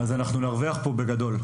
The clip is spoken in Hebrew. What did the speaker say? אז נרוויח בגדול.